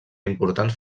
importants